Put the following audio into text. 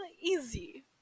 easy